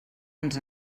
ens